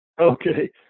Okay